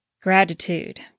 gratitude